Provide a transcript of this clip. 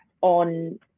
on